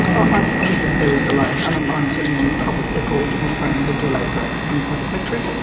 but ah i think that there is delay and i'm um certainly on the public record as saying the delays are unsatisfactory.